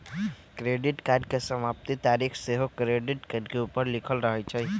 credit card के समाप्ति तारिख सेहो क्रेडिट कार्ड के ऊपर लिखल रहइ छइ